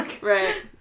Right